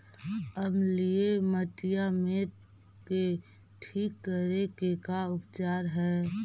अमलिय मटियामेट के ठिक करे के का उपचार है?